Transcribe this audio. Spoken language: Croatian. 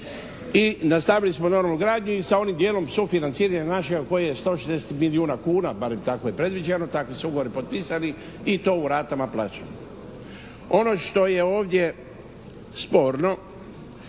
i nastavili smo normalno gradnju i sa onim dijelom sufinanciranja našega koji je 160 milijuna kuna, barem tako je predviđeno, tako su ugovori potpisani i to u ratama plaćanja. Ono što je ovdje sporno